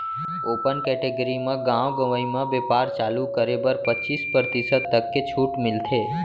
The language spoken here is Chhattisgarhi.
ओपन केटेगरी म गाँव गंवई म बेपार चालू करे बर पचीस परतिसत तक के छूट मिलथे